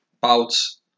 bouts